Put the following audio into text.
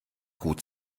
gut